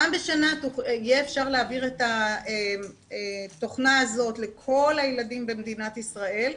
פעם בשנה יהיה אפשר להעביר את התוכנה הזאת לכל הילדים במדינת ישראל,